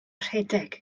rhedeg